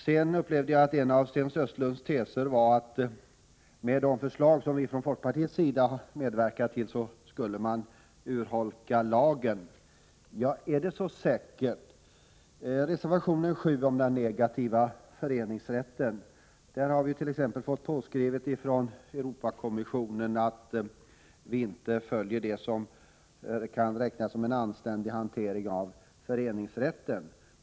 Sedan upplevde jag att en av Sten Östlunds teser var att man med de förslag som vi från folkpartiets sida medverkar till skulle urholka lagen. Är det så säkert? Reservation 7 gäller den negativa föreningsrätten. Vi har fått påskrivet från Europakommissionen att vi inte följer vad som kan anses vara en anständig hantering av föreningsrätten.